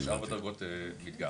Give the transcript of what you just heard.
יש ארבע דרגות ---.